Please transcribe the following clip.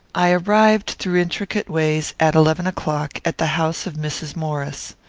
i arrived, through intricate ways, at eleven o'clock, at the house of mrs. maurice.